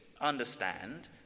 understand